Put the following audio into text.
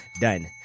Done